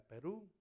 Peru